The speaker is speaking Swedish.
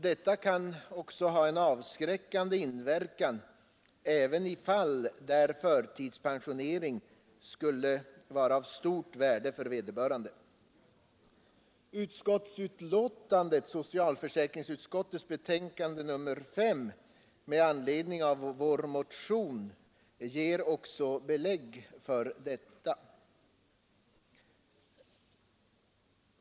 Detta kan ha en avskräckande inverkan även i fall där förtidspensionering skulle vara av stort värde för vederbörande. Socialförsäkringsutskottets betänkande med anledning av vår motion ger också belägg för detta.